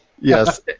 Yes